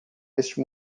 este